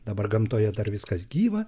dabar gamtoje dar viskas gyva